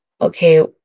okay